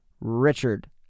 Richard